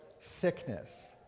sickness